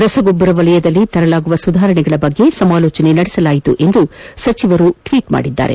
ರಸಗೊಬ್ಬರ ವಲಯದಲ್ಲಿತರಲಾಗುವ ಸುಧಾರಣೆಗಳ ಬಗ್ಗೆ ಸಮಾಲೋಚಿಸಲಾಯಿತೆಂದು ಸಚಿವರು ಟ್ವೀಟ್ ಮಾಡಿದ್ದಾರೆ